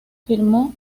firmó